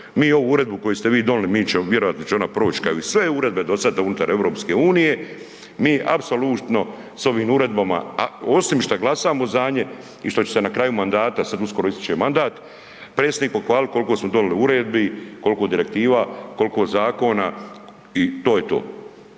mi ovu uredbu koju ste vi donili mi ćemo, vjerojatno će ona proći kao i sve uredbe do sada unutar EU, mi apsolutno s ovim o uredbama, osim šta glasamo za nje i što će se na kraju mandata, sad uskoro ističe mandat predsjednik pohvaliti koliko smo donijeli uredbi, koliko direktiva, koliko zakona i to je to.